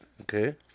Okay